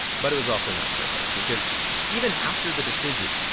but it was also not perfect because even after the decision,